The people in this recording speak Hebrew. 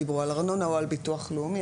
דיברו על ארנונה או ביטוח לאומי,